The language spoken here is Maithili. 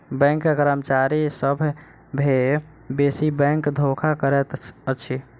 बैंक कर्मचारी सभ सॅ बेसी बैंक धोखा करैत अछि